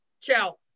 Ciao